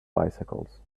bicycles